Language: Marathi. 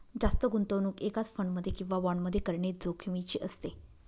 जास्त गुंतवणूक एकाच फंड मध्ये किंवा बॉण्ड मध्ये करणे जोखिमीचे असते